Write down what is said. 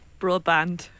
Broadband